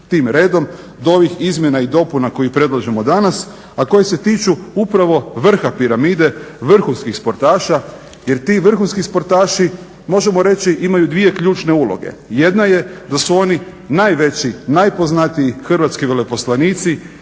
tim redom do ovih izmjena i dopuna koje predlažemo danas, a koje se tiču upravo vrha piramide vrhunskih sportaša jer ti vrhunski sportaši možemo reći imaju dvije ključne uloge. Jedna je da su oni najveći, najpoznatiji hrvatski veleposlanici